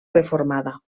reformada